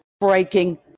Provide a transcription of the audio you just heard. breaking